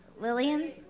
Lillian